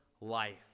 life